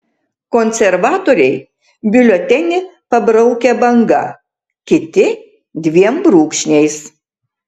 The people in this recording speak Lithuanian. konservatoriai biuletenį pabraukia banga kiti dviem brūkšniais